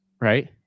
right